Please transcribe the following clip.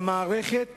המערכת